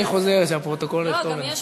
אני חוזר: שהפרוטוקול לא יכתוב את זה.